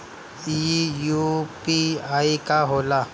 ई यू.पी.आई का होला?